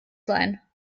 sein